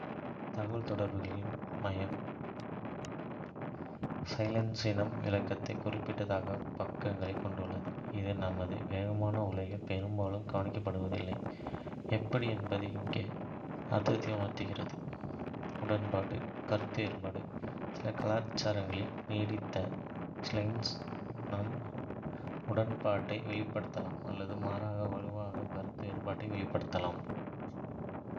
தகவல்தொடர்புகளில் ம silence னம் வியக்கத்தக்க குறிப்பிடத்தக்க பங்கைக் கொண்டுள்ளது, இது நமது வேகமான உலகில் பெரும்பாலும் கவனிக்கப்படுவதில்லை. எப்படி என்பது இங்கே. அர்த்தத்தை உணர்த்துகிறது. உடன்பாடு, கருத்து வேறுபாடு சில கலாச்சாரங்களில், நீடித்த ம னம் உடன்பாட்டை வெளிப்படுத்தலாம் அல்லது மாறாக, வலுவான கருத்து வேறுபாட்டை வெளிப்படுத்தலாம்.